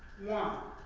one,